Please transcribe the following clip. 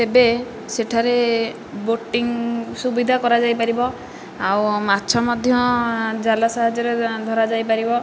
ତେବେ ସେଠାରେ ବୋଟିଂ ସୁବିଧା କରାଯାଇପାରିବ ଆଉ ମାଛ ମଧ୍ୟ ଜାଲ ସାହାଯ୍ୟରେ ଧରାଯାଇପାରିବ